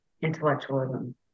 intellectualism